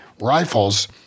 rifles